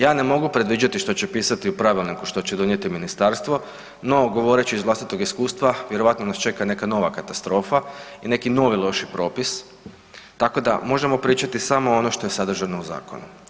Ja ne mogu predviđati što će pisati u pravilniku što će donijeti Ministarstvo, no govoreći iz vlastitog iskustva, vjerojatno nas čeka neka nova katastrofa i neki novi loši propis, tako da, možemo pričati samo ono što je sadržano u zakonu.